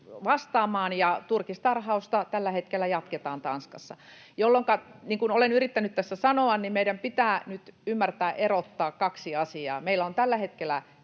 ja turkistarhausta tällä hetkellä jatketaan Tanskassa. Jolloinka, niin kuin olen yrittänyt tässä sanoa, meidän pitää nyt ymmärtää erottaa kaksi asiaa: Meillä on tällä hetkellä